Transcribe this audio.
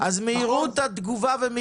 מהירות התגובה היא גם